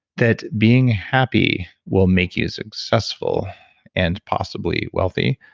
that being happy will make you successful and possibly wealthy,